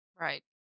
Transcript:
Right